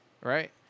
right